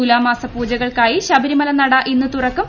തുലാമാസ പൂജകൾക്കായി ശബരിമല നട ഇന്ന് തുറക്കും